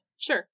Sure